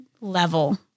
level